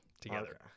together